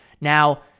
Now